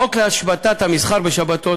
חוק להשבתת המסחר בשבתות